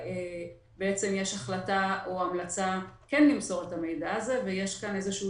שיש החלטה או המלצה כן למסור את המידע הזה ויש כאן איזשהו